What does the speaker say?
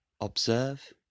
Observe